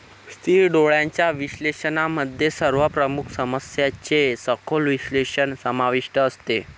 स्थिर डोळ्यांच्या विश्लेषणामध्ये सर्व प्रमुख समस्यांचे सखोल विश्लेषण समाविष्ट असते